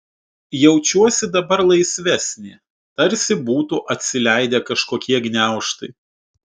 jaučiuosi dabar laisvesnė tarsi būtų atsileidę kažkokie gniaužtai